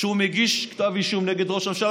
שהוא מגיש כתב אישום נגד ראש הממשלה,